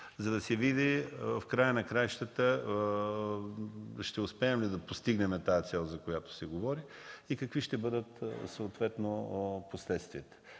за да се види ще успеем ли да постигнем тази цел, за която се говори и какви ще бъдат последствията.